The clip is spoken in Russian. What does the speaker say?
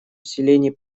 усилении